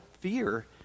fear